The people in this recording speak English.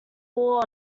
war